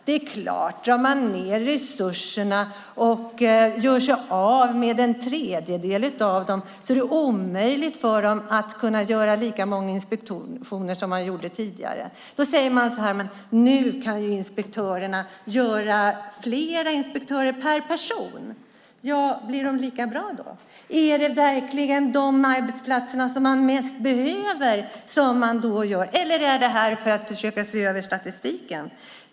Det är klart att om man drar ned resurserna och gör sig av med en tredjedel av inspektörerna är det omöjligt för dem som är kvar att kunna göra lika många inspektioner som gjordes tidigare. Då säger man: Men nu kan ju inspektörerna göra fler inspektioner per person. Ja, men blir de lika bra då? Är det verkligen de arbetsplatser som mest behöver det som då inspekteras, eller görs det här för att försöka se över statistiken?